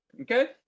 Okay